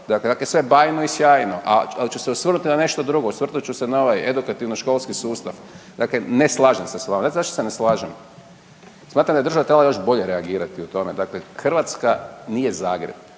kako je sve bajno i sjajno, ali ću se osvrnuti na nešto drugo. Osvrnut ću se na ovaj edukativno-školski sustav, dakle ne slažem se s vama. Znate zašto se ne slažem? Smatram da je država trebala još bolje reagirati u tome. Dakle, Hrvatska nije Zagreb,